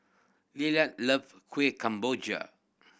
Lillard love Kuih Kemboja